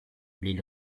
les